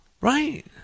Right